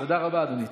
תודה רבה, אדוני.